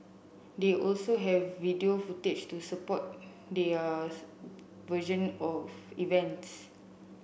they also have video footage to support theirs version of events